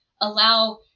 allow